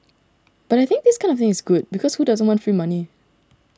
but I think this kind of thing is good because who doesn't want free money